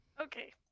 Okay